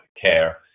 care